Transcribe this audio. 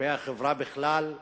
כלפי החברה בכלל,